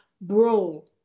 bro